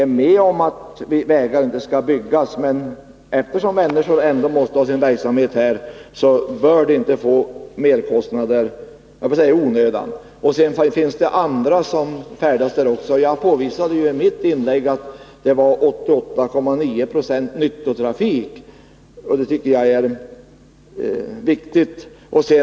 Vi är med om att vägar inte skall byggas, men de här människorna måste ändå ha sin verksamhet i dessa områden, och de bör inte få merkostnader i, vill jag säga, onödan. Det finns också andra som färdas där. Jag påvisade i mitt inlägg att 88,9 4o är nyttotrafik. Det tycker jag är viktigt.